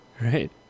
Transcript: right